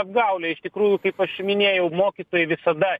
apgaulė iš tikrųjų kaip aš minėjau mokytojai visada